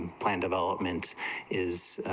planned developments is,